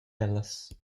ellas